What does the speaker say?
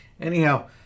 anyhow